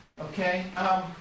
Okay